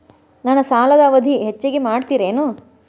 ನನ್ನ ಸಾಲದ ಅವಧಿ ಹೆಚ್ಚಿಗೆ ಮಾಡ್ತಿರೇನು?